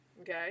okay